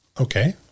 Okay